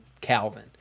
Calvin